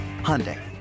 Hyundai